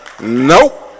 Nope